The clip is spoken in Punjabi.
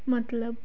ਮਤਲਬ